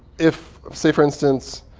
if, say for instance,